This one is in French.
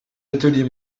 atelier